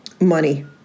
money